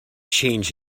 change